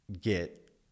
get